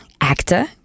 actor